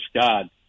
God